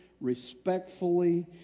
respectfully